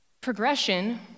Progression